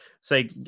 say